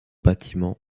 bâtiment